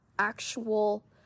actual